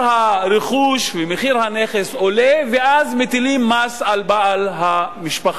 הרכוש ומחיר הנכס עולים ואז מטילים מס על בעל-הבית,